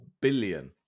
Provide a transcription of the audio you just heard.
billion